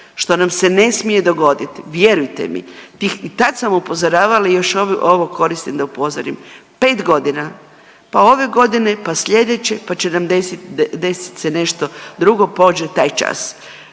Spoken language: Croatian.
što nam se ne smije dogoditi, vjerujte mi. I tad sam upozoravala i još ovo koristim da upozorim. 5 godina, pa ove godine, pa slijedeće, pa će nam desit se nešto drugo, prođe taj čas.